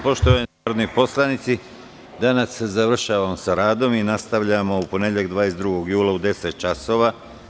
Poštovani narodni poslanici, danas završavamo sa radom i nastavljamo u ponedeljak 22. jula u 10.00 časova.